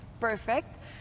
perfect